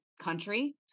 country